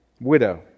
widow